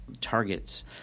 targets